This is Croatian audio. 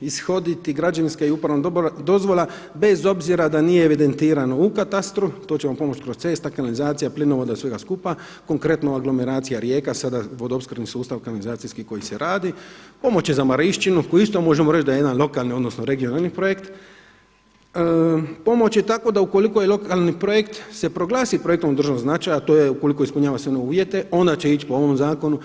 ishoditi građevinska i upravna dozvola bez obzira da nije evidentirano u katastru, to će vam pomoći kod cesta, kanalizacija, plinovoda, svega skupa, konkretno aglomeracija Rijeka sada vodoopskrbni sustav, kanalizacijski koji se radi, pomoći će za marišćinu koji isto možemo reći da je jedan lokalni odnosno regionalni projekt, pomoći tako da ukoliko je lokalni projekt se proglasi projektom od državnog značaja a to je ukoliko ispunjava sve uvjete onda će ići po ovom zakonu.